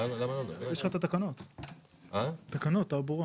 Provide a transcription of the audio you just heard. הישיבה נעולה, תודה רבה.